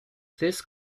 this